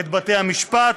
את בתי המשפט,